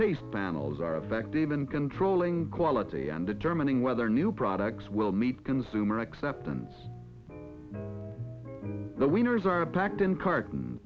taste panels are effective in controlling quality and determining whether new products will meet consumer acceptance the winners are packed in carton